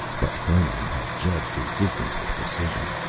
but conan had judged his distance with precision.